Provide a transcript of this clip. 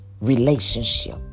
relationship